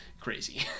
crazy